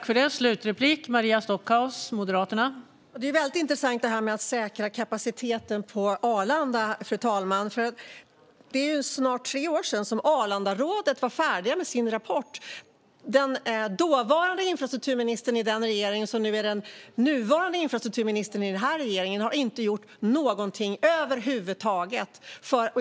Fru talman! Det är väldigt intressant det som sägs om att säkra kapaciteten på Arlanda. Det är snart tre år sedan som Arlandarådet var färdigt med sin rapport. Den dåvarande infrastrukturministern i den regeringen, som är den nuvarande infrastrukturministern i den här regeringen, har inte gjort någonting över huvud taget.